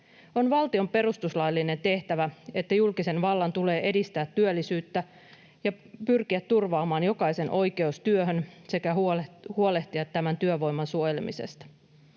On valtion perustuslaillinen tehtävä, että julkisen vallan tulee edistää työllisyyttä ja pyrkiä turvaamaan jokaisen oikeus työhön sekä huolehtia työvoiman suojelemisesta.